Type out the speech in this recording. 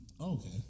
Okay